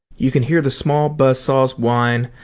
you can hear the small buzz saws whine,